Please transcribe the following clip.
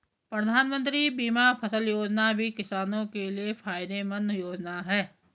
प्रधानमंत्री बीमा फसल योजना भी किसानो के लिये फायदेमंद योजना है